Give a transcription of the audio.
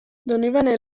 donibane